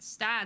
stats